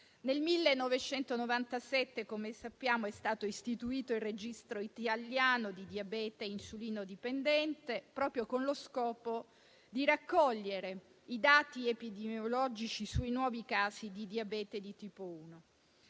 Nel 1997, come sappiamo, è stato istituito il Registro italiano di diabete insulinodipendente, proprio con lo scopo di raccogliere i dati epidemiologici sui nuovi casi di diabete di tipo 1.